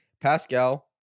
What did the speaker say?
Pascal